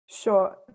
Sure